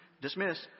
dismiss